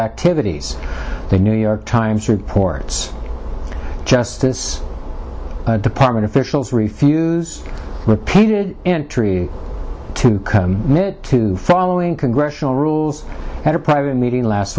activities the new york times reports justice department officials refuse repeated entry to two following congressional rules at a private meeting last